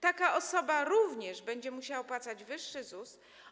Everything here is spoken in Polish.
Taka osoba również będzie musiała opłacać wyższy ZUS.